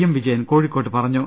M Vijayan കോഴിക്കോട്ട് പറ ഞ്ഞു